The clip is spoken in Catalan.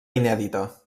inèdita